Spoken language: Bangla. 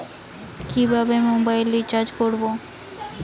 কিভাবে মোবাইল রিচার্জ করব?